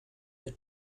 your